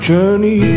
Journey